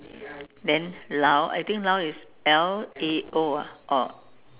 then lao I think lao is L A O ah or